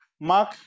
Mark